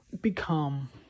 become